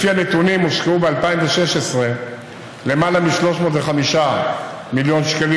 לפי הנתונים הושקעו ב-2016 למעלה מ-305 מיליון שקלים